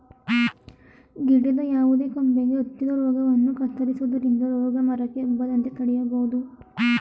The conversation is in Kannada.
ಗಿಡದ ಯಾವುದೇ ಕೊಂಬೆಗೆ ಹತ್ತಿದ ರೋಗವನ್ನು ಕತ್ತರಿಸುವುದರಿಂದ ರೋಗ ಮರಕ್ಕೆ ಹಬ್ಬದಂತೆ ತಡೆಯಬೋದು